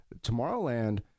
Tomorrowland